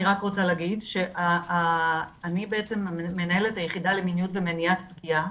אני רק רוצה להגיד שאני בעצם המנהלת היחידה למיניות ומניעת פגיעה.